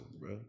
bro